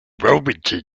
wilmington